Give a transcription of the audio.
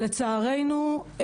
לצערנו,